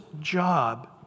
job